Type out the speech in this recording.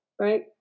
Right